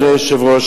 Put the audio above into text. אדוני היושב-ראש,